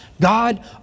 God